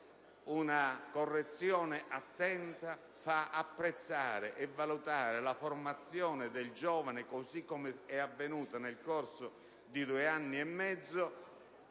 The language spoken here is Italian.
una correzione attenta fa apprezzare e valutare la formazione del giovane così come è avvenuta nel corso di due anni e mezzo